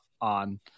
on